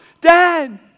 Dad